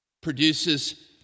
produces